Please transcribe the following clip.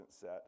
set